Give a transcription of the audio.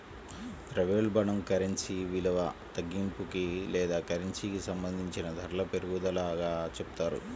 ద్రవ్యోల్బణం కరెన్సీ విలువ తగ్గింపుకి లేదా కరెన్సీకి సంబంధించిన ధరల పెరుగుదలగా చెప్తారు